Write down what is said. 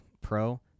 Pro